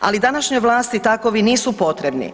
Ali današnjoj vlasti takovi nisu potrebni.